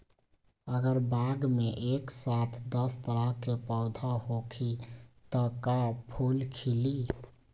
अगर बाग मे एक साथ दस तरह के पौधा होखि त का फुल खिली?